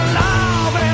love